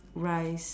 rise